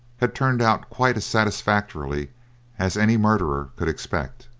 had turned out quite as satisfactorily as any murderer could expect.